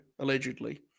allegedly